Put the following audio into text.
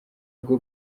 rwo